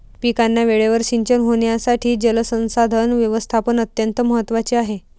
पिकांना वेळेवर सिंचन होण्यासाठी जलसंसाधन व्यवस्थापन अत्यंत महत्त्वाचे आहे